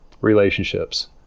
relationships